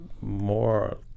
more